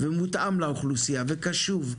מותאם לאוכלוסייה וקשוב.